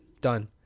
Done